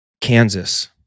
Kansas